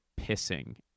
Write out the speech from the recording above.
pissing